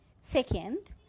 Second